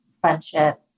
friendship